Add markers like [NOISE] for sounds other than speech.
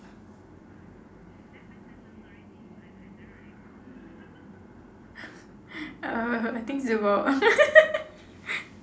uh I think it's about [LAUGHS]